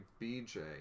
BJ